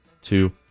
two